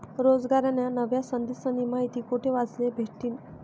रोजगारन्या नव्या संधीस्नी माहिती कोठे वाचले भेटतीन?